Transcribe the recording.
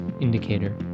indicator